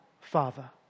Father